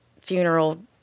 funeral